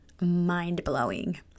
mind-blowing